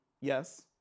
Yes